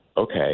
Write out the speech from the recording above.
okay